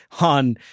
on